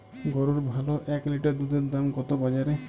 গরুর ভালো এক লিটার দুধের দাম কত বাজারে?